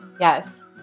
Yes